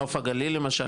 נוף הגליל למשל,